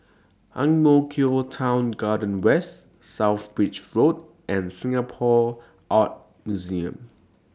Ang Mo Kio Town Garden West South Bridge Road and Singapore Art Museum